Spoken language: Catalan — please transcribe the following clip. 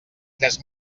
tres